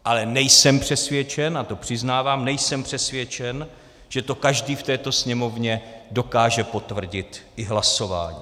Ale nejsem přesvědčen, a to přiznávám, nejsem přesvědčen, že to každý v této Sněmovně dokáže potvrdit i hlasováním.